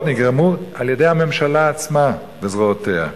נגרמו על-ידי הממשלה עצמה וזרועותיה.